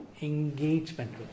engagement